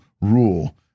rule